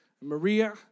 Maria